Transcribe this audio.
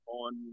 on